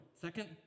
Second